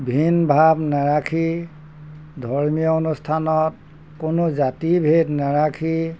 ভিন ভাৱ নাৰাখি ধৰ্মীয় অনুষ্ঠানত কোনো জাতি ভেদ নাৰাখি